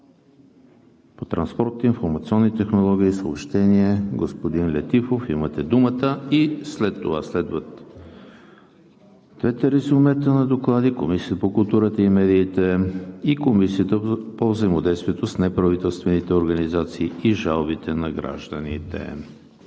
по транспорт, информационни технологии и съобщения. Господин Летифов, имате думата. След това следват двете резюмета на доклади от Комисията по културата и медиите и от Комисията по взаимодействието с неправителствените организации и жалбите на гражданите.